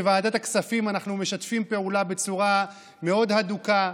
בוועדת הכספים אנחנו משתפים פעולה בצורה מאוד הדוקה.